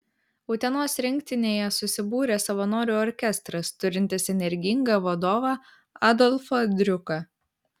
utenos rinktinėje susibūrė savanorių orkestras turintis energingą vadovą adolfą driuką